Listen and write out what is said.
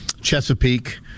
Chesapeake